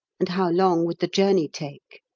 and how long would the journey take.